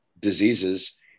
diseases